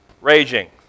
raging